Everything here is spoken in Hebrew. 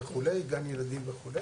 גן ילדים וכו'